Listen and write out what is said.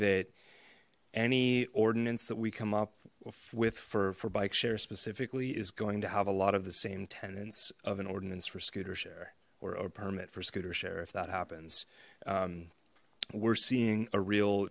that any ordinance that we come up with for for bike share specifically is going to have a lot of the same tenants of an ordinance for scooter share or a permit for scooter share if that happens we're seeing a real